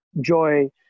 joy